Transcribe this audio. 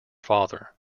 father